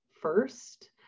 first